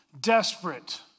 desperate